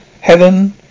heaven